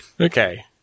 Okay